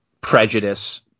prejudice